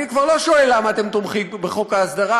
אני כבר לא שואל למה אתם תומכים בחוק ההסדרה,